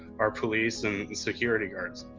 are police and security guards.